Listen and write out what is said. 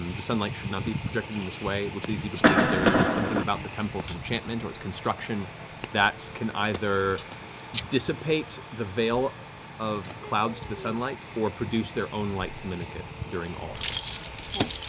the sunlight should not be projecting this way, which leads you to believe that there's something about the temple's enchantment or its construction that can either dissipate the veil of clouds to the sunlight or produce their own light to mimic it during all hours. marisha cool.